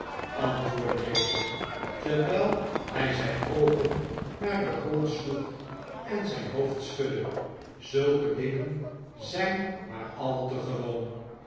antwoordde deze terwijl hij zijn oogen naar den grond sloeg en zijn hoofd schudde zulke dingen zijn maar al te gewoon